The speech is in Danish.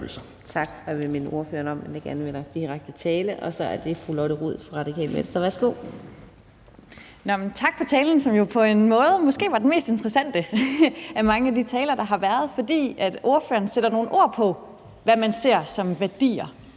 som jo på en måde måske var den mest interessante af mange af de taler, der har været, fordi ordføreren sætter nogle ord på, hvad man ser som værdier